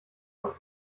und